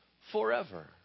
forever